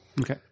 Okay